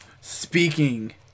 speaking